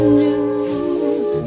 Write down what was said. news